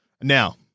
Now-